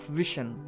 vision